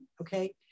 okay